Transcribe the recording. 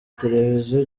televiziyo